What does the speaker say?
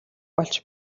болж